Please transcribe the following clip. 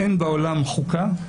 אין בעולם חוקה,